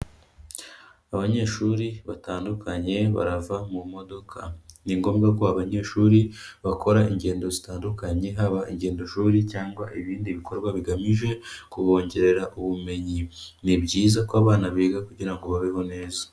Abanyeshuri batandukanye barava mu modoka. Ni ngombwa ko abanyeshuri bakora ingendo zitandukanye, haba ingendoshuri cyangwa ibindi bikorwa bigamije kubongerera ubumenyi. Ni byiza ko abana biga kugira ngo babeho neza.